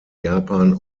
japan